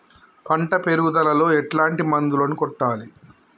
పంట పెరుగుదలలో ఎట్లాంటి మందులను కొట్టాలి?